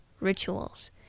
rituals